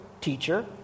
teacher